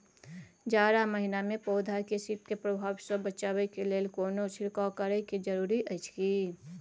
जारा महिना मे पौधा के शीत के प्रभाव सॅ बचाबय के लेल कोनो छिरकाव करय के जरूरी अछि की?